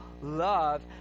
love